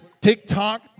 TikTok